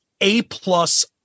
A-plus